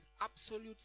absolute